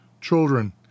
Children